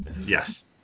Yes